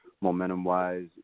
Momentum-wise